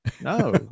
No